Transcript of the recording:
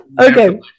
Okay